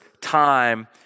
time